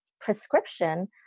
prescription